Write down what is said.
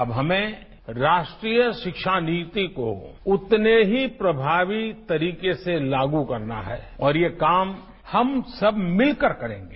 अब हमें राष्ट्रीय शिक्षा नीति को उतने की प्रभावी तरीके से लागू करना है और ये काम हम सब मिलकर करेंगे